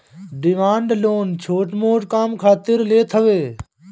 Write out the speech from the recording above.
demand loan छोट मोट काम खातिर लेत हवे